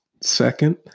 Second